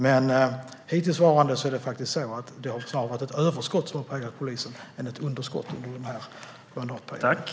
Men hittills den här mandatperioden har det snarare varit ett överskott än ett underskott som har präglat polisen.